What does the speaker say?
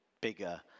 bigger